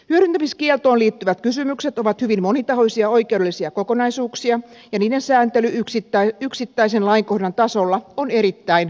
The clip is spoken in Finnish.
hyödyntämiskieltoon liittyvät kysymykset ovat hyvin monitahoisia oikeudellisia kokonaisuuksia ja niiden sääntely yksittäisen lainkohdan tasolla on erittäin vaikeaa